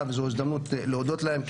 לא הייתה מעולם וזו ההזדמנות להודות להם.